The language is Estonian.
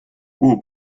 kuhu